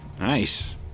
Nice